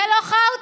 זה לא חרטא,